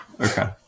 Okay